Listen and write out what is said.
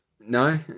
No